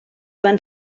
van